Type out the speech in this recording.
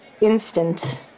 instant